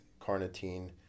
carnitine